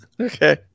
Okay